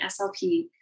SLP